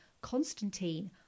constantine